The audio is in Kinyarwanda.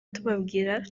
tubabwira